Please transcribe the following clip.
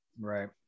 Right